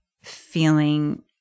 feeling